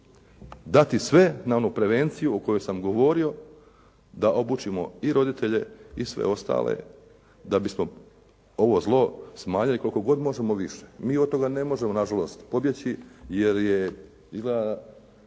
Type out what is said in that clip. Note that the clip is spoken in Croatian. dati sve na onu prevenciju o kojoj sam govorio da obučimo i roditelje i sve ostale da bismo ovo zlo smanjili koliko god možemo više. Mi od toga ne možemo nažalost pobjeći jer je